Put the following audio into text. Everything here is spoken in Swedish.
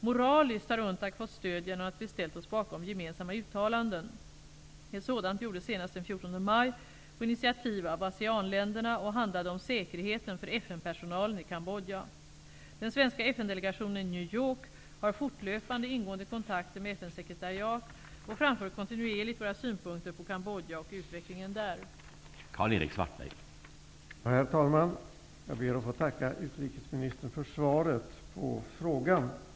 Moraliskt har UNTAC fått stöd genom att vi ställt oss bakom gemensamma uttalanden. Ett sådant gjordes senast den 14 maj på initiativ av Aseanländerna och handlade om säkerheten för FN Den svenska FN-delegationen i New York har fortlöpande ingående kontakter med FN:s sekretariat och framför kontinuerligt våra synpunkter på Cambodja och utvecklingen där. Då Hans Göran Franck, som framställt frågan, anmält att han var förhindrad att närvara vid sammanträdet, medgav talmannen att Karl-Erik